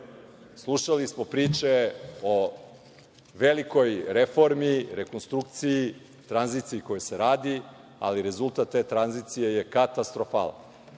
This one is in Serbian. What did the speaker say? Slušali smo priče o velikoj reformi, rekonstrukciji, tranziciji koja se radi, ali rezultat te tranzicije je katastrofalan